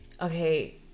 Okay